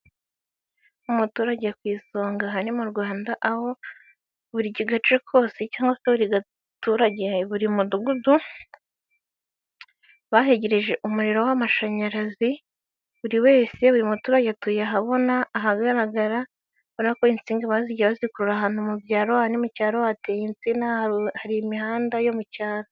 Umuturage ku isonga. Aha ni mu rwanda, aho buri gace kose cyangwa buri muturage, buri mudugudu bahegereje umuriro w'amashanyarazi, buri muturage wese atuye ahabona, ahagaragara barakora, urabona ko insinga bagiye bazikura ahantu mu cyaro hateye insina hari imihanda yo mu cyaro.